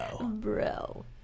bro